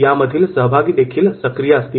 यामधील सहभागी देखील सक्रिय असते